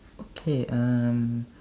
okay um